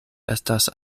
estas